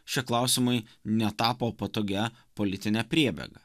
šie klausimai netapo patogia politine priebėga